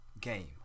game